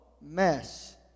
mess